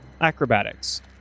Acrobatics